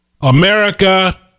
America